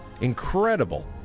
incredible